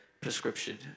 prescription